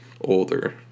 older